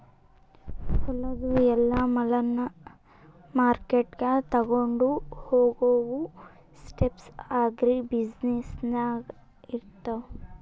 ಹೊಲದು ಎಲ್ಲಾ ಮಾಲನ್ನ ಮಾರ್ಕೆಟ್ಗ್ ತೊಗೊಂಡು ಹೋಗಾವು ಸ್ಟೆಪ್ಸ್ ಅಗ್ರಿ ಬ್ಯುಸಿನೆಸ್ದಾಗ್ ಇರ್ತಾವ